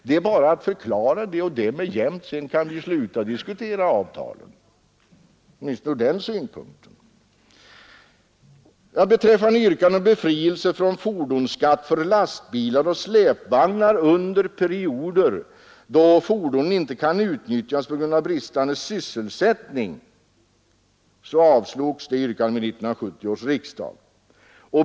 Det är bara att förklara det och därmed jämnt. Sedan kan vi sluta att diskutera avtalen, åtminstone ur den synpunkten. Beträffande yrkandena om befrielse från fordonsskatt för lastbilar och släpvagnar under perioder, då fordonen inte kan utnyttjas på grund av bristande sysselsättning, vill jag påpeka att liknande yrkanden avslogs vid 1970 års riksdag.